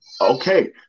okay